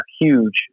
huge